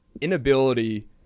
inability